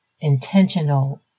intentional